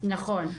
נכון.